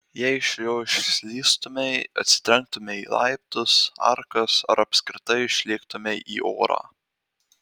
jei iš jo išslystumei atsitrenktumei į laiptus arkas ar apskritai išlėktumei į orą